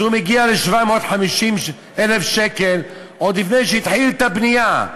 אז הוא מגיע ל-750,000 שקל עוד לפני שהתחיל את הבנייה.